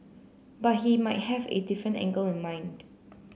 but he might have a different angle in mind